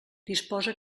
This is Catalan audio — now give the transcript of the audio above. disposa